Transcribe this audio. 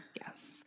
Yes